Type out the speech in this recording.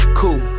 cool